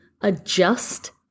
adjust